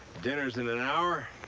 dinner's in an hour.